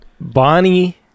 Bonnie